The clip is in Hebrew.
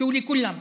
שהוא לכולם.